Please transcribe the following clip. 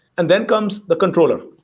and then comes the controller.